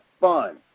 fun